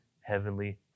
Heavenly